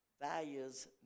values